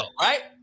right